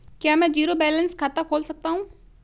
क्या मैं zero balance खाता खोल सकता हूँ?